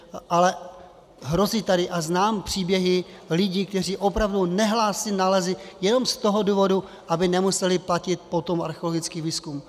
Ale hrozí tady, a znám příběhy lidí, kteří opravdu nehlásí nálezy jenom z toho důvodu, aby nemuseli potom platit archeologický výzkum.